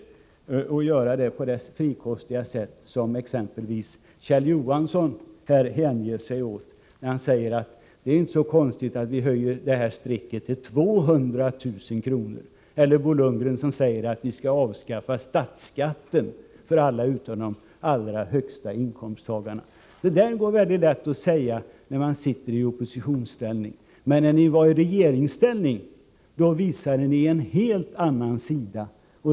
Vi kan inte göra det på det frikostiga sätt som exempelvis Kjell Johansson gör när han säger att man kan tänka sig att höja gränsen för en marginalskatt på 50 20 upp till inkomster på 200 000 kr. Bo Lundgren menar att vi skall avskaffa statsskatten för alla utom för de allra högsta inkomsttagarna. Det är lätt att säga sådana saker i oppositionsställning, men i regeringsställning visade ni upp en helt annan sida.